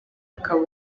akaba